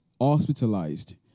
hospitalized